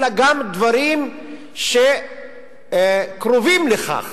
אלא גם מדברים שקרובים לכך.